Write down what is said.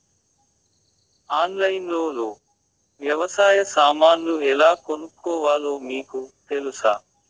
ఆన్లైన్లో లో వ్యవసాయ సామాన్లు ఎలా కొనుక్కోవాలో మీకు తెలుసా?